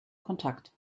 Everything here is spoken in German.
kontakt